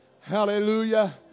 Hallelujah